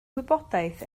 wybodaeth